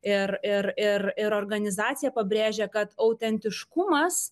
ir ir ir ir organizacija pabrėžia kad autentiškumas